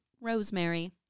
Rosemary